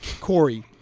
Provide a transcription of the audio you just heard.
Corey